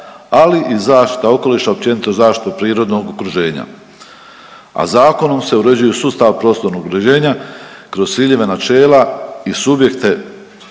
ali i zaštita okoliša, općenito zaštita prirodnog okruženja. A zakonom se uređuje sustav prostornog uređenja kroz ciljeve, načela i subjekte